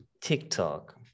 TikTok